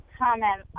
comment